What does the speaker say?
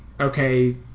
okay